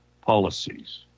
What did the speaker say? policies